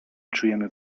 czujemy